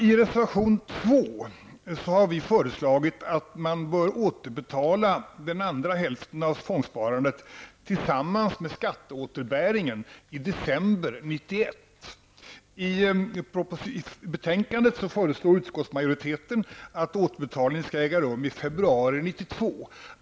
I reservation 2 har vi föreslagit att man skall återbetala den andra hälften av tvångssparandet tillsammans med skatteåterbäringen i december 1991. I betänkandet föreslår utskottsmajoriteten att återbetalning skall äga rum i februari 1992.